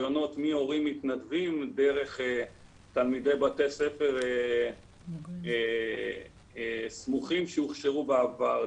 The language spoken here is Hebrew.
רעיונות מהורים מתנדבים דרך תלמידי בתי ספר סמוכים שהוכשרו בעבר,